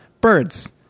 Birds